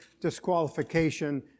disqualification